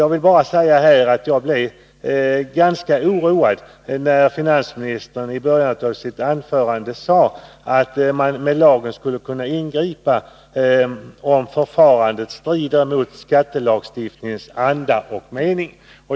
Jag vill bara säga att jag blev ganska oroad när finansministern i början av sitt anförande sade att man med lagen skulle kunna ingripa om förfarandet strider mot skattelagstiftningens anda och mening.